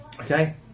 Okay